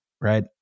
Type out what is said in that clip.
Right